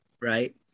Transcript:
Right